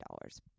dollars